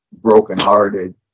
brokenhearted